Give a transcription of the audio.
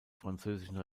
französischen